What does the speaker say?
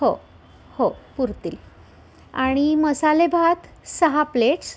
हो हो पुरतील आणि मसाले भात सहा प्लेट्स